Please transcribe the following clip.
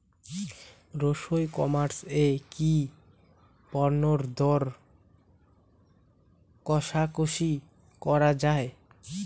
E commerce এ কি পণ্যের দর কশাকশি করা য়ায়?